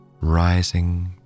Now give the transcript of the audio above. rising